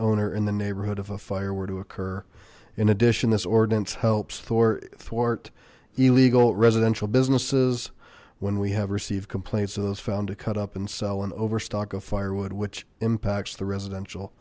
owner in the neighborhood of a fire were to occur in addition this ordinance helps thor thwart illegal residential businesses when we have received complaints of those found to cut up and sell an overstock of firewood which impacts the residential